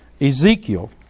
Ezekiel